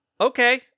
okay